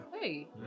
Hey